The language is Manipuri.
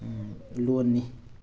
ꯂꯣꯟꯅꯤ